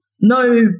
no